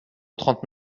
trente